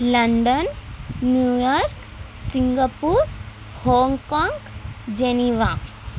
London New York Singapore Hong Kong Geneva